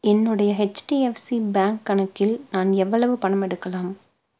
என்னுடைய HDFC bank கணக்கில் நான் எவ்வளவு பணம் எடுக்கலாம்